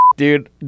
Dude